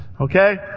Okay